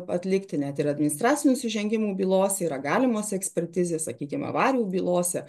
atlikti net ir administracinių nusižengimų bylose yra galimos ekspertizės sakykim avarijų bylose